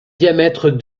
diamètre